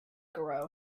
grow